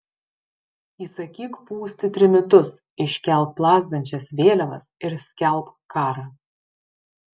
įsakyk pūsti trimitus iškelk plazdančias vėliavas ir skelbk karą